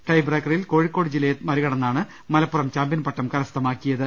tie ബ്രേക്കറിൽ കോഴിക്കോട് ജില്ലയെ മറികടന്നാണ് മല പ്പുറം ചാമ്പ്യൻപട്ടം കരസ്ഥമാക്കിയത്